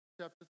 chapter